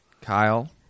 Kyle